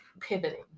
pivoting